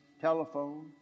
telephone